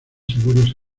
seguros